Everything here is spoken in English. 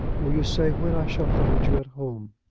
will you say when i shall find you at home?